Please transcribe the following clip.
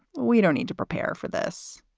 we don't need to prepare for this.